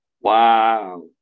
Wow